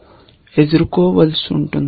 ఒకవేళ SSS SSS star వ్యూహాల స్థలంలో శోధిస్తే